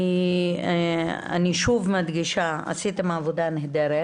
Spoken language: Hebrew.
אני שוב מדגישה: עשיתם עבודה נהדרת.